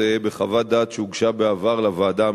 בחוות דעת שהוגשה בעבר לוועדה המחוזית.